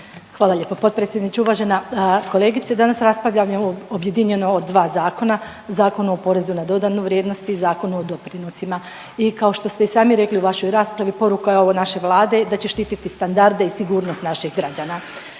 Hvala lijepo potpredsjedniče. Uvažana kolegice danas raspravljamo objedinjeno o dva zakona, Zakonu o porezu na dodanu vrijednost i Zakonu o doprinosima i kao što ste i sami rekli u vašoj raspravi poruka je ovo naše Vlade da će štititi standarde i sigurnost naših građana.